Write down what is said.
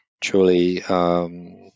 truly